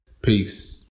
Peace